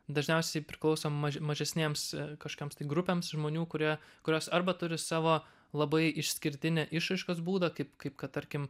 dažniausiai priklauso maž mažesnėms kažkokioms tai grupėms žmonių kurie kurios arba turi savo labai išskirtinį išraiškos būdą kaip kaip kad tarkim